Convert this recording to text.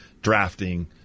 drafting